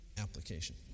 application